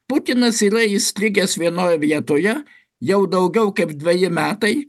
putinas yra įstrigęs vienoj vietoje jau daugiau kaip dveji metai